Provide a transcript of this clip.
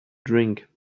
drink